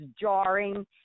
jarring